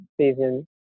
season